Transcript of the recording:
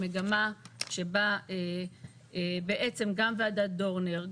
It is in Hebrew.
מגמה שבה גם ועדת דורנר,